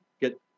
get